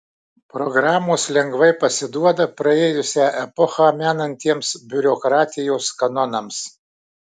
programos lengvai pasiduoda praėjusią epochą menantiems biurokratijos kanonams